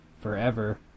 forever